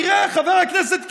תראה, חבר הכנסת קיש,